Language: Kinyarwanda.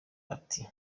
ati